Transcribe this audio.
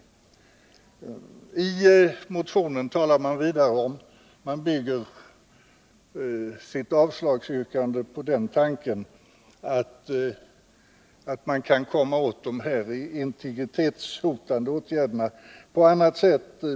Avslagsyrkandet i motionen bygger vidare på tanken att man på annat sätt skulle kunna komma åt sådant som hotar integriteten.